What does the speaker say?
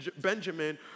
Benjamin